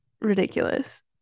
ridiculous